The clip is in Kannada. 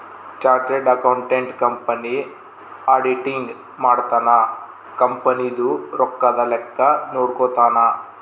ಚಾರ್ಟರ್ಡ್ ಅಕೌಂಟೆಂಟ್ ಕಂಪನಿ ಆಡಿಟಿಂಗ್ ಮಾಡ್ತನ ಕಂಪನಿ ದು ರೊಕ್ಕದ ಲೆಕ್ಕ ನೋಡ್ಕೊತಾನ